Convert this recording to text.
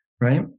right